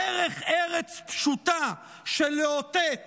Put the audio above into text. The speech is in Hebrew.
דרך ארץ פשוטה של לאותת